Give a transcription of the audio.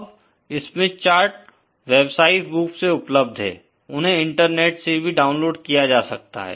अब Smith chart व्यावसायिक रूप से उपलब्ध हैं उन्हें इंटरनेट से भी डाउनलोड किया जा सकता है